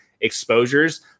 exposures